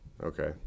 Okay